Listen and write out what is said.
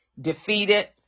defeated